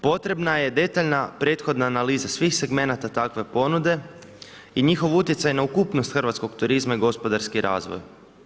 Potrebna je detaljna prethodna analiza svih segmenata takve ponude i njihov utjecaj na ukupnost hrvatskog turizma i gospodarski razvoj.